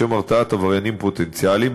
לשם הרתעת עבריינים פוטנציאליים,